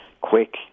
quick